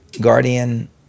guardian